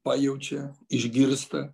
pajaučia išgirsta